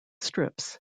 strips